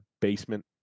basement